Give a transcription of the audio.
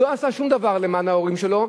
ולא עשה שום דבר למען ההורים שלו,